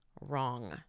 wrong